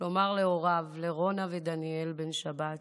לומר להוריו, לרונה ודניאל בן שבת,